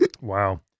Wow